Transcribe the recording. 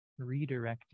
redirecting